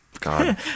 God